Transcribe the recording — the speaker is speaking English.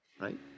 right